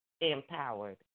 empowered